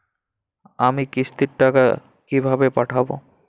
আমি কিস্তির টাকা কিভাবে পাঠাব?